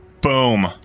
Boom